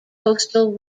coastal